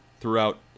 throughout